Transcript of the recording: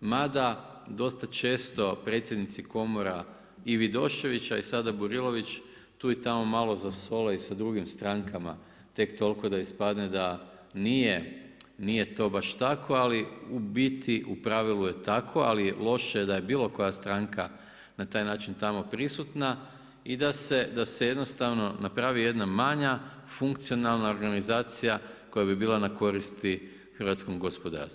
mada dosta često predsjednici Komora i Vidošević, a i sada Burilović, tu i tamo zasole i sa drugim strankama tek toliko da ispadne da nije, nije to baš tako ali u biti u pravilu je tako, ali je loše da je bilo koja stranka na taj način tamo prisutna i da se jednostavno napravi jedna manja funkcionalna organizacija koja bi bila na koristi hrvatskom gospodarstvu.